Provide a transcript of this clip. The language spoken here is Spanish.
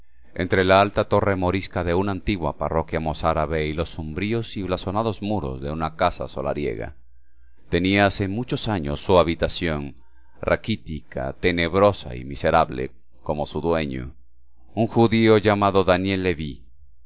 entre la alta torre morisca de una antigua parroquia mozárabe y los sombríos y blasonados muros de una casa solariega tenía hace muchos años su habitación raquítica tenebrosa y miserable como su dueño un judío llamado daniel leví